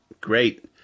Great